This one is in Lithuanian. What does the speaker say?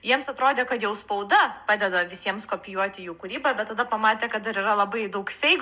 jiems atrodė kad jau spauda padeda visiems kopijuoti jų kūrybą bet tada pamatė kad dar yra labai daug feik